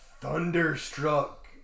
thunderstruck